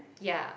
ya